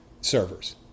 servers